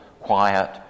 quiet